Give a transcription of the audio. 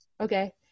Okay